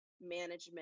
management